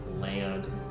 land